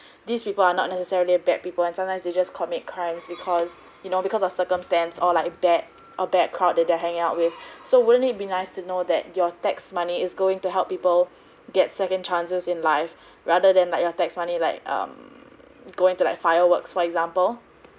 these people are not necessarily a bad people and sometimes they just commit crimes because you know because of circumstance or like bad or bad crowd that they are hanging out with so wouldn't it be nice to know that your tax money is going to help people get second chances in life rather than that your tax money like um going to like fireworks for example